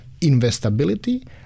investability